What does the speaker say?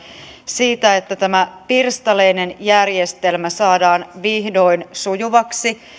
siitä että tämä pirstaleinen järjestelmä saadaan vihdoin sujuvaksi